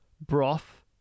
broth